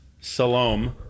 Salome